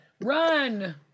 Run